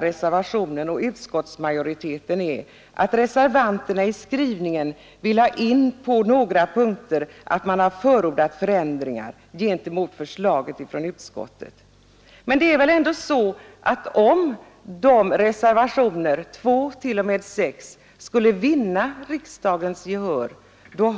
Reservationen 1 skiljer sig endast på några punkter från utskottets förslag. Om reservationerna 2—6 skulle vinna riksdagens gehör,